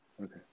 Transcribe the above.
Okay